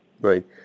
Right